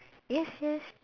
yes yes